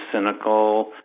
cynical